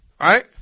right